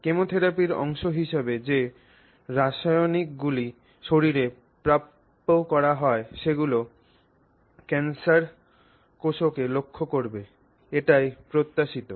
কেমোথেরাপির অংশ হিসাবে যে রাসায়নিকগুলি শরীরে পাম্প করা হয় সেগুলি ক্যান্সার কোষকে লক্ষ্য করবে এটাই প্রত্যাশিত